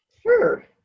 Sure